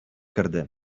керде